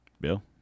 Bill